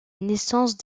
naissance